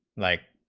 like